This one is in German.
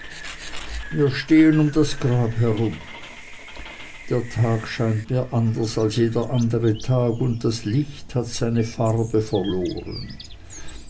wir stehen um das grab herum der tag scheint mir anders als jeder andre tag und das licht hat seine farbe verloren